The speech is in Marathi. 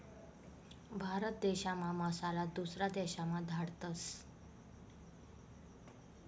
भारत देशना मसाला दुसरा देशमा धाडतस